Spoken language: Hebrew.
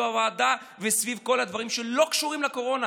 הוועדה וסביב כל הדברים שלא קשורים לקורונה.